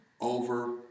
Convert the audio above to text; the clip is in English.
over